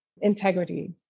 Integrity